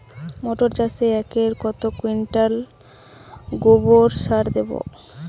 মটর চাষে একরে কত কুইন্টাল গোবরসার দেবো?